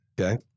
Okay